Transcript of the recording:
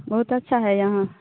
बहुत अच्छा है यहाँ